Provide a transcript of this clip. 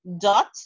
dot